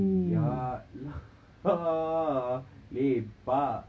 ya lah lepak